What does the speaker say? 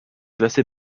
classés